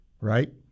right